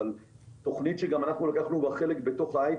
אבל תוכנית שגם אנחנו לקחנו בה חלק בהייטק,